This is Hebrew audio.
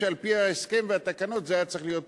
אף שעל-פי ההסכם והתקנות זה היה צריך להיות פטור.